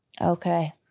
Okay